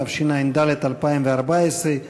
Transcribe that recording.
התשע"ד 2014,